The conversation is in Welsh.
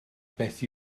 beth